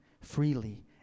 freely